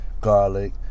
garlic